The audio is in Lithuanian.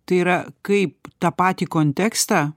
tai yra kaip tą patį kontekstą